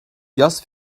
yaz